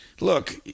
look